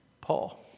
Paul